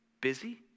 busy